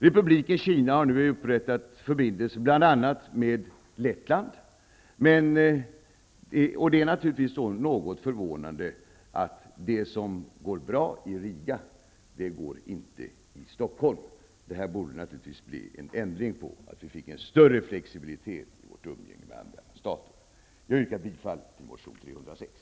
Republiken Kina har upprättat förbindelser med bl.a. Lettland. Det är något förvånande att det som går bra i Riga inte går i Stockholm. Det borde naturligtvis bli en ändring där så att vi kan få en större flexibilitet i vårt umgänge med andra stater. Jag yrkar bifall till motion 306.